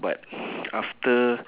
but after